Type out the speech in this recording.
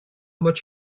much